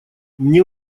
мне